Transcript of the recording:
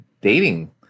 dating